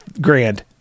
grand